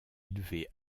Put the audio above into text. élevé